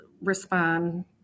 respond